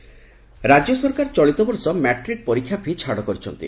ପରୀକ୍ଷା ଫି' ରାଜ୍ୟ ସରକାର ଚଳିତ ବର୍ଷ ମାଟ୍ରିକ୍ ପରୀକ୍ଷା ପି' ଛାଡ଼ କରିଛନ୍ତି